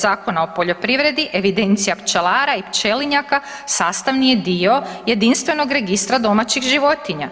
Zakona o poljoprivredi evidencija pčelara i pčelinjaka sastavni je dio jedinstvenog registra domaćih životinja.